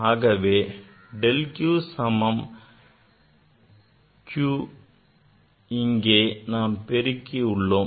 ஆகவே del q சமம் q இங்கே நாம் பெருக்கி உள்ளோம்